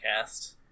cast